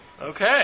Okay